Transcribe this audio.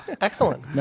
Excellent